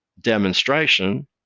demonstration